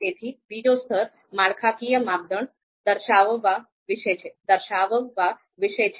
તેથી બીજો સ્તર માળખાકીય માપદંડ દર્શાવવા વિશે છે